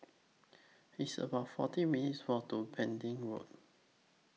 It's about forty minutes' Walk to Pending Road